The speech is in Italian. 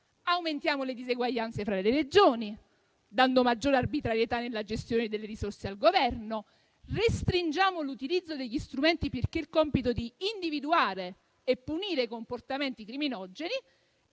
Aumentiamo le diseguaglianze fra le Regioni, dando al Governo maggiore arbitrarietà nella gestione delle risorse, restringiamo l'utilizzo degli strumenti e il compito di individuare e punire i comportamenti criminogeni,